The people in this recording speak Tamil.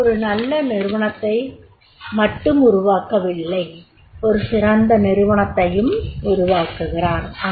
அவர் ஒரு நல்ல நிறுவனத்தை மட்டும் உருவாக்கவில்லை ஒரு சிறந்த நிறுவனத்தையும் உருவாக்குகிறார்